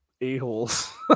a-holes